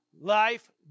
life